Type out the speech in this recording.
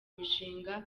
mishinga